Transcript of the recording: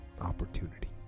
opportunity